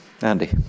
Andy